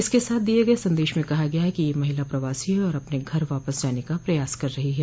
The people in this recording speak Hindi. इसके साथ दिए गए संदेश में कहा गया है कि यह महिला प्रवासी है और अपने घर वापस जाने का प्रयास कर रही है